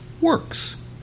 works